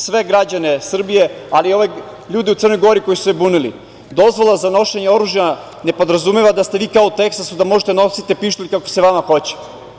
sve građane Srbije, ali i ove ljude u Crnoj Gori koji su se bunili, dozvola za nošenje oružja ne podrazumeva da ste vi kao u Teksasu, da možete da nosite pištolj kako se vama hoće.